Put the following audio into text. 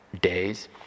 Days